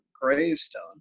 gravestone